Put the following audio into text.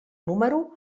número